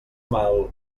mal